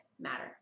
matter